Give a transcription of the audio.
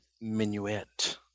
Minuet